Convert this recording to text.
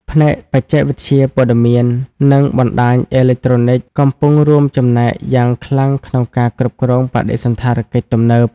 ផ្នែកបច្ចេកវិទ្យាព័ត៌មាន និងបណ្ដាញអេឡិចត្រូនិចកំពុងរួមចំណែកយ៉ាងខ្លាំងក្នុងការគ្រប់គ្រងបដិសណ្ឋារកិច្ចទំនើប។